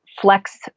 flex